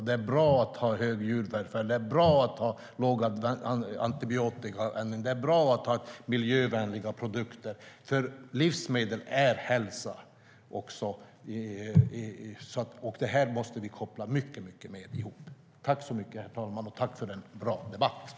Det är bra med hög djurvälfärd, mindre antibiotika och miljövänliga produkter, för livsmedel är hälsa. Det här måste vi koppla ihop mycket mer.